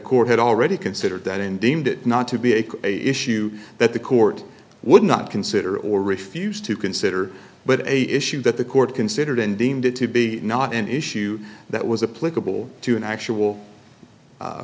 court had already considered that and deemed it not to be a issue that the court would not consider or refuse to consider but a issue that the court considered and deemed it to be not an issue that was a political to an actual